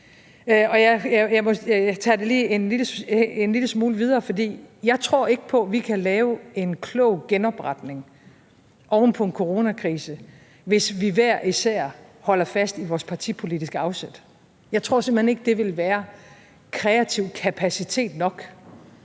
Jeg tager det lige en lille smule videre, for jeg tror ikke på, at vi kan lave en klog genopretning oven på en coronakrise, hvis vi hver især holder fast i vores partipolitiske afsæt. Jeg tror simpelt hen ikke, det vil være kreativ kapacitet nok.